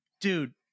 dude